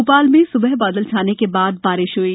भोपाल में स्बह बादल छाने के बाद बारिश हुई